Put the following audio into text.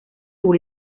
pour